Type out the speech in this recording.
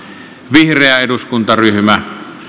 vihreä eduskuntaryhmä